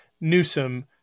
Newsom